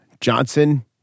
Johnson